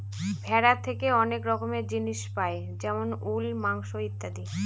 ভেড়া থেকে অনেক রকমের জিনিস পাই যেমন উল, মাংস ইত্যাদি